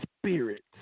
spirit